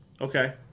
okay